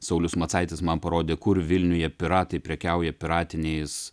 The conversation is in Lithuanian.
saulius macaitis man parodė kur vilniuje piratai prekiauja piratiniais